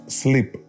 sleep